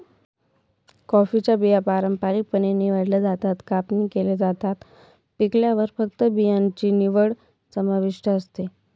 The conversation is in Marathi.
कॉफीच्या बिया पारंपारिकपणे निवडल्या जातात, कापणी केल्या जातात, पिकल्यावर फक्त बियाणांची निवड समाविष्ट असते